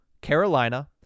Carolina